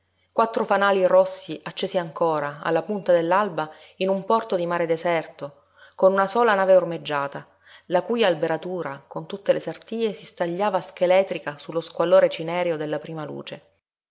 quattro fanali rossi accesi ancora alla punta dell'alba in un porto di mare deserto con una sola nave ormeggiata la cui alberatura con tutte le sartie si stagliava scheletrica sullo squallore cinereo della prima luce